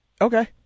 Okay